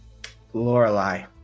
Lorelai